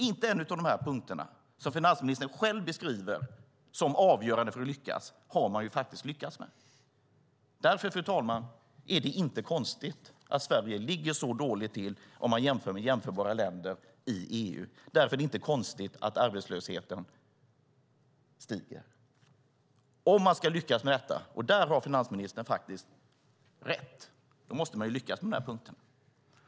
Inte en enda av dessa punkter, som finansministern själv beskriver som avgörande för att lyckas, har man lyckats med. Därför, fru talman, är det inte konstigt att Sverige ligger så dåligt till i jämförelse med jämförbara länder i EU. Därför är det inte konstigt att arbetslösheten stiger. Om man ska lyckas med detta måste man - där har finansministern faktiskt rätt - lyckas på den här punkten.